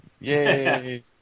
Yay